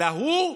אלא הוא,